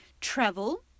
travel